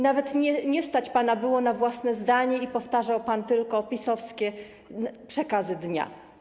Nawet nie stać pana było na własne zdanie i powtarzał pan tylko PiS-owskie przekazy dnia.